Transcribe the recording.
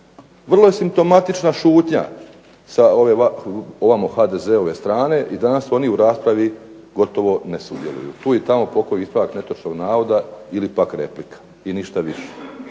Vrlo je simptomatična šutnja sa ovamo HDZ-ove strane, i danas su oni u raspravi gotovo ne sudjeluju, tu i tamo pokoji ispravak netočnog navoda, ili pak replika, i ništa više.